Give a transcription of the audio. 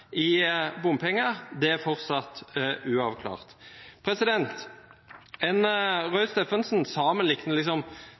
i bompenger? Det er fortsatt uavklart. Roy Steffensen